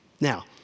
Now